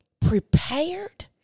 prepared